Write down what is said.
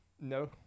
No